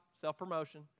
self-promotion